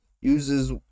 uses